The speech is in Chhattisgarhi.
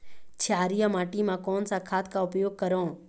क्षारीय माटी मा कोन सा खाद का उपयोग करों?